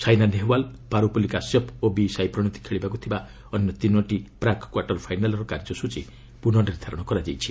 ସାଇନା ନେହେୱାଲ୍ ପାରୁପଲି କାଶ୍ୟପ୍ ଓ ବି ସାଇପ୍ରଣୀତ ଖେଳିବାକୁ ଥିବା ଅନ୍ୟ ତିନୋଟି ପ୍ରାକ୍ କ୍ୱାର୍ଟର ଫାଇନାଲ୍ର କାର୍ଯ୍ୟସ୍ଚୀ ପୁର୍ନନିର୍ଦ୍ଧାରଣ କରାଯାଇଛି